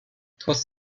trotz